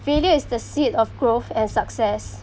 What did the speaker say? failure is the seed of growth and success